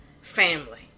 family